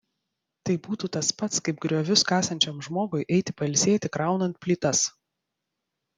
tai būtų tas pats kaip griovius kasančiam žmogui eiti pailsėti kraunant plytas